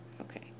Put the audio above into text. Okay